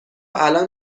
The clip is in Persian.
الان